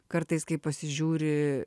kartais kai pasižiūri